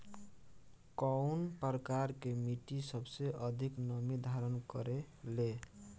कउन प्रकार के मिट्टी सबसे अधिक नमी धारण करे ले?